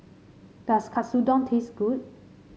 does Katsudon taste good